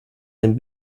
ein